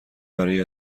برای